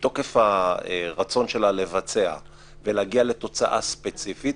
מתוקף הרצון שלה לבצע ולהגיע לתוצאה ספציפית,